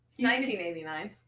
1989